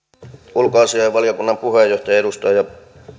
ulkoasiainvaliokunnan puheenjohtaja edustaja